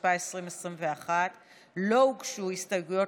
התשפ"א 2021. לא הוגשו הסתייגויות